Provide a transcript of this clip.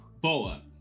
Boa